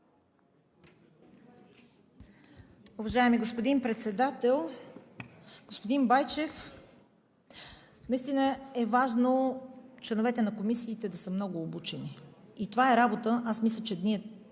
уважаеми господин Председател. Господин Байчев, наистина е важно членовете на комисиите да са много обучени. Аз мисля, че ние